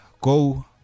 go